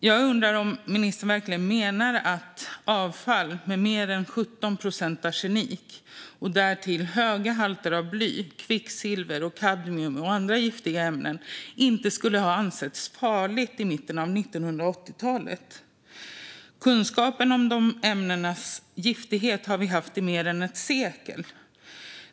Jag undrar om ministern verkligen menar att avfall som innehåller mer än 17 procent arsenik och därtill höga halter av bly, kvicksilver, kadmium och andra giftiga ämnen inte skulle ha ansetts farligt i mitten av 1980-talet. Kunskapen om de ämnenas giftighet har vi haft i mer än ett sekel.